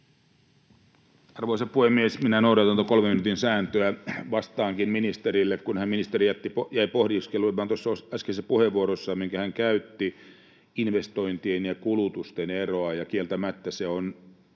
Arvoisa puhemies! Minä noudatan tuota kolmen minuutin sääntöä. Vastaankin ministerille, kun ministeri jäi pohdiskelemaan tuossa äskeisessä puheenvuorossaan, minkä hän käytti, investointien ja kulutuksen eroa, ja kieltämättä se on